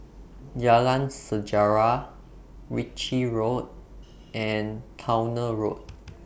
Jalan Sejarah Ritchie Road and Towner Road